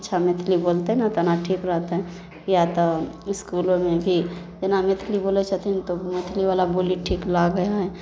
अच्छा मैथिली बोलतै ने तऽ ठीक रहतै किएक तऽ इसकुलोमे भी जेना मैथिली बोलै छथिन तऽ मैथिलीवला बोली ठीक लागै हइ